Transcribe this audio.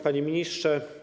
Panie Ministrze!